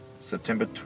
September